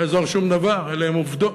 לא יעזור שום דבר, אלה הן עובדות.